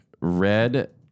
Red